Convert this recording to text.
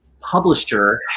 publisher